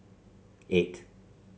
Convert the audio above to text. eight